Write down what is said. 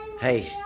Hey